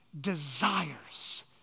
desires